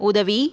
உதவி